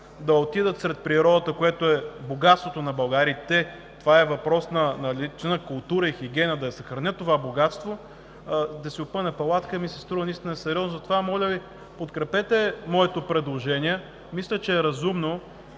да отидат сред природата, което е богатството на България – това е въпрос на лична култура и хигиена да съхранят това богатство, и да си опъне палатка, ми се струва наистина несериозно. Затова, моля Ви, подкрепете моето предложение – мисля, че е разумно.